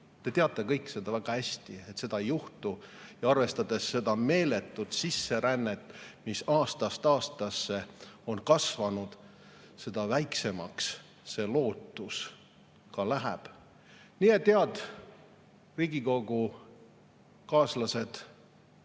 Te teate kõik väga hästi, et seda ei juhtu. Ja arvestades seda meeletut sisserännet, mis aastast aastasse on kasvanud, seda väiksemaks see lootus läheb. Nii et, head Riigikogu kaaslased,